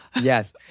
yes